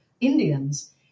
Indians